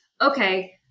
okay